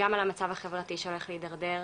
גם על המצב החברתי שהולך להתדרדר,